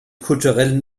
kulturellen